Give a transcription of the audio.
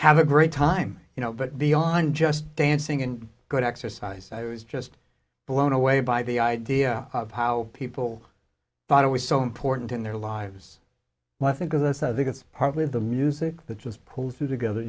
have a great time you know but beyond just dancing and good exercise i was just blown away by the idea of how people thought it was so important in their lives and i think that's i think it's partly the music that just pulls t